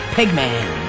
Pigman